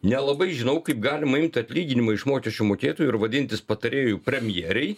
nelabai žinau kaip galima imt atlyginimą iš mokesčių mokėtojų ir vadintis patarėju premjerei